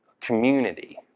Community